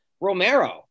Romero